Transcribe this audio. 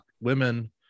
women